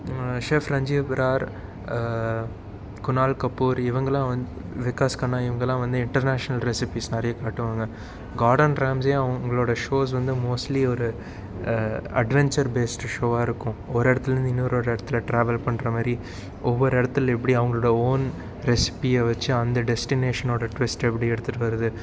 chef Ranjeev Brar Kunal Kapoor இவங்கெல்லாம் வந்து விகாஸ் கண்ணா இவங்கெல்லாம் வந்து இன்டர்நேஷனல் ரெசிபீஸ் நிறைய காட்டுவாங்க கார்டன் ராம்சேயும் அவங்களோட ஷோஸ் வந்து மோஸ்டலி வந்து அட்வென்ஜர் பேஸ்டு ஷோவாக இருக்கும் ஒரு இடத்துலிருந்து இன்னொரு ஒரு இடத்துல ட்ராவல் பண்றமாதிரி ஒவ்வொரு இடத்துலை எப்படி அவங்களோட ஓன் ரெசிபியை வச்சு அந்த டெஸ்டினேஷனோடய ட்விஸ்ட் எப்படி எடுத்துட்டு வருது